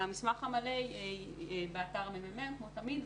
המסמך המלא באתר הממ"מ כמו תמיד,